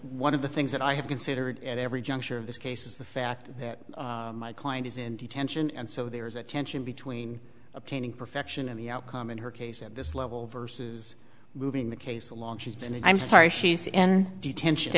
one of the things that i have considered at every juncture of this case is the fact that my client is in detention and so there is a tension between obtaining perfection and the outcome in her case at this level versus moving the case along she's been in i'm sorry she's in detention